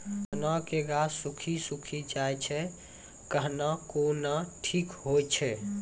चना के गाछ सुखी सुखी जाए छै कहना को ना ठीक हो छै?